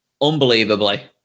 unbelievably